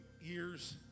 years